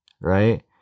right